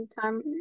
time